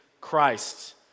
Christ